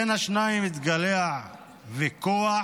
ובין השניים התגלע ויכוח.